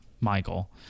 Michael